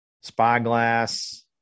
Spyglass